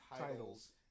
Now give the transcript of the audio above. Titles